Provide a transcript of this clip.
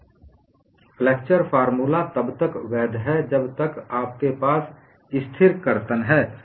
flexure formula तब तक वैध है जब तक आपके पास स्थिर कर्तन है